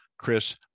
Chris